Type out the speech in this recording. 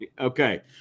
Okay